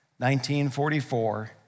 1944